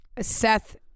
Seth